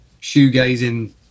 shoegazing